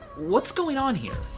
what's going on here?